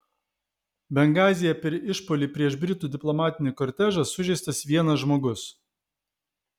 bengazyje per išpuolį prieš britų diplomatinį kortežą sužeistas vienas žmogus